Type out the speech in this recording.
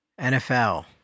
NFL